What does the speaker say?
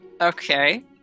Okay